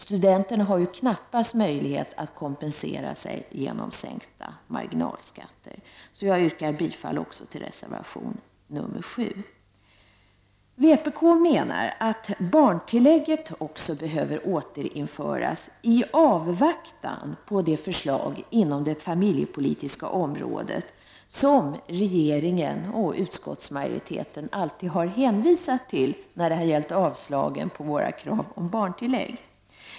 Studenterna har ju knappast möjlighet att kompensera sig genom sänkta marginalskatter. Så jag yrkar bifall också till reservation 7. Vpk menar också att barntillägget behöver återinföras, i avvaktan på de förslag inom det familjepolitiska området som regeringen och utskottsmajoriteten alltid hänvisat till vid avslagen på våra krav om barntillägg.